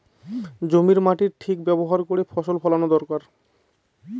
জমির মাটির ঠিক ব্যবহার করে ফসল ফলানো দরকার